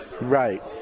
Right